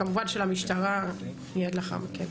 כמובן של המשטרה מיד לאחר מכן.